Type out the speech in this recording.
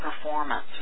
performance